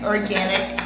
Organic